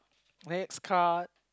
next card